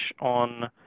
on